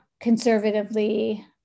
conservatively